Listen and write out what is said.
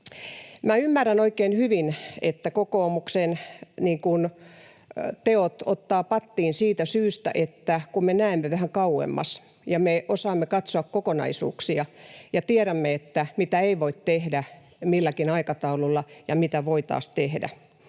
Ymmärrän oikein hyvin, että kokoomuksen teot ottavat pattiin siitä syystä, että me näemme vähän kauemmas ja me osaamme katsoa kokonaisuuksia ja tiedämme, mitä ei voi tehdä milläkin aikataululla ja mitä voi taas tehdä.